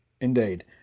Indeed